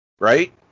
right